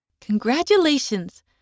Congratulations